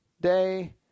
day